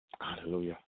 Hallelujah